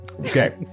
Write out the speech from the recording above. Okay